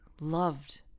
loved